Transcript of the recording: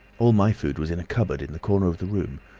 all my food was in a cupboard in the corner of the room.